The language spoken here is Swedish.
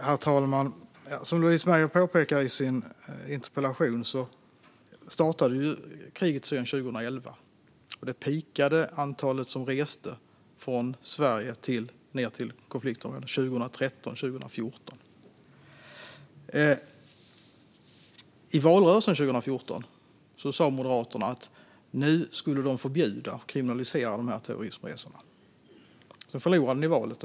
Herr talman! Som Louise Meijer påpekar i sin interpellation startade kriget i Syrien 2011. Antalet som reste från Sverige till konfliktområdet peakade 2013 och 2014. I valrörelsen 2014 sa Moderaterna att de skulle förbjuda och kriminalisera dessa terrorismresor. Sedan förlorade de valet.